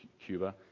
Cuba